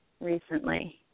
recently